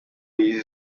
yize